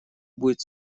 будет